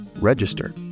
register